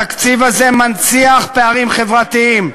התקציב הזה מנציח פערים חברתיים,